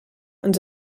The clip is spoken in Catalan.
ens